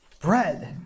bread